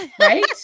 Right